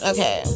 Okay